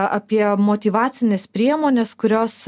apie motyvacines priemones kurios